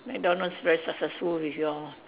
McDonald's very successful with you all